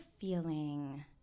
feeling